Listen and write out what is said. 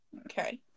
okay